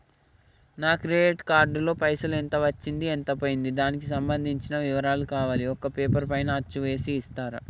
నా credit card లో పైసలు ఎంత వచ్చింది ఎంత పోయింది దానికి సంబంధించిన వివరాలు కావాలి ఒక పేపర్ పైన అచ్చు చేసి ఇస్తరా?